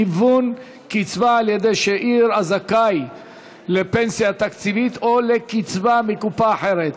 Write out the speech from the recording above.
היוון קצבה על ידי שאיר הזכאי לפנסיה תקציבית או לקצבה מקופה אחרת),